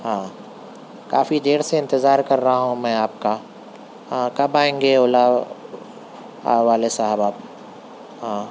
ہاں کافی دیر سے انتظار کر رہا ہوں میں آپ کا کب آئیں گے اولا والے صاحب آپ ہاں